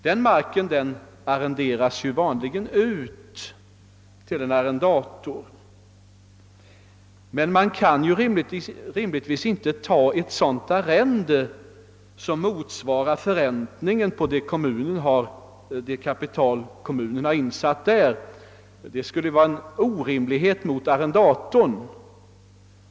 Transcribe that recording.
Den marken arrenderas vanligen ut till en arrendator, men man kan rimligtvis inte ta ut ett sådant arrende som motsvarar förräntningen på det kapital kommunen har nedlagt i marken. Det skulle vara en orimlighet mot arrendatorn.